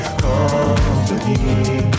company